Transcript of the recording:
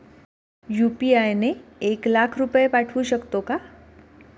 UPI ने एक लाख रुपये पाठवू शकतो का?